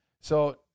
So-